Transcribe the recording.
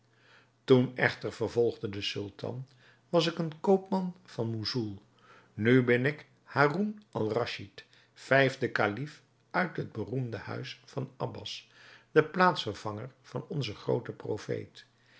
toen echter vervolgde de sultan was ik een koopman van moussoul nu ben ik haroun-al-raschid vijfde kalif uit het beroemde huis van abbas de plaatsvervanger van onzen grooten profeet